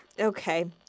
Okay